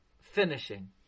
finishing